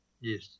Yes